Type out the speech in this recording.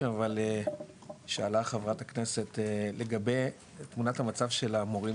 אבל שאלה חברת הכנסת לגבי תמונת המצב של המורים